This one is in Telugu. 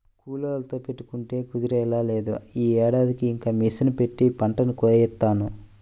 కూలోళ్ళతో పెట్టుకుంటే కుదిరేలా లేదు, యీ ఏడాదికి ఇక మిషన్ పెట్టే పంటని కోయిత్తాను